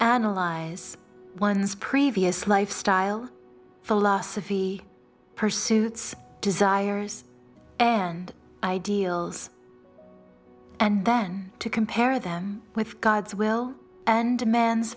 analyze one's previous lifestyle philosophy pursuits desires and ideals and then to compare them with god's will and demands